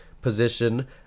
position